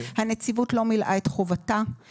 הנציבות לא מילאה את חובתה,